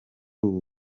ubu